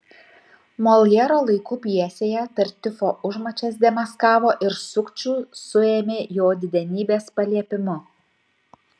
moljero laikų pjesėje tartiufo užmačias demaskavo ir sukčių suėmė jo didenybės paliepimu